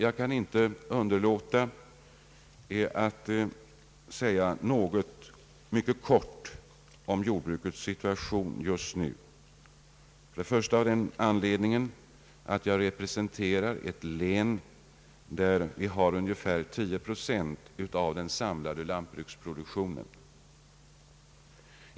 Jag kan inte underlåta att mycket kort beröra jordbrukets situation just nu, bl.a. av den anledningen att jag representerar ett län som svarar för ungefär 10 procent av den samlade lantbruksproduktionen.